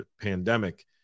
pandemic